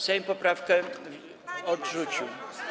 Sejm poprawkę odrzucił.